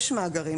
יש מאגרים,